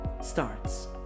starts